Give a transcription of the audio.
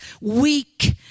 weak